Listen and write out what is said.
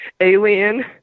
alien